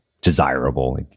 desirable